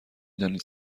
دانید